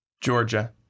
Georgia